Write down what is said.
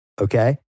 okay